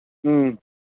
ꯎꯝ